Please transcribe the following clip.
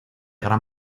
gran